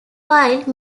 while